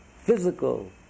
physical